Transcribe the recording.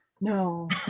No